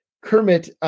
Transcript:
Kermit